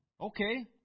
okay